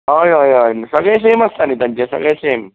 हय हय हय सगळें सेम आसता न्ही तांचें सगळें सेम